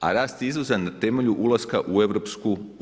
A rast izvoza na temelju ulaska u EU.